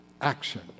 action